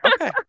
okay